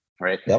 right